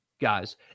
guys